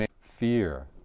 fear